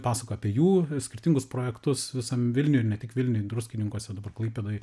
pasakojo apie jų skirtingus projektus visam vilniui ir ne tik vilniui druskininkuose klaipėdoj